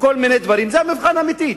וכל מיני דברים, זה המבחן האמיתי.